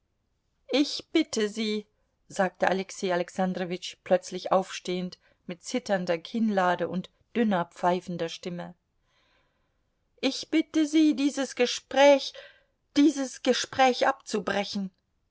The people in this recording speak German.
ich bitte sie sagte alexei alexandrowitsch plötzlich aufstehend mit zitternder kinnlade und dünner pfeifender stimme ich bitte sie dieses gespräch dieses gespräch abzubrechen